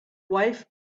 wife